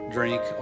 Drink